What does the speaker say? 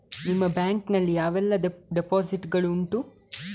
ನಿಮ್ಮ ಬ್ಯಾಂಕ್ ನಲ್ಲಿ ಯಾವೆಲ್ಲ ಡೆಪೋಸಿಟ್ ಗಳು ಉಂಟು?